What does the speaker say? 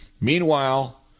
Meanwhile